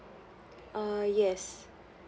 uh yes